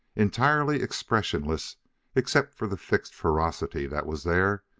entirely expressionless except for the fixed ferocity that was there,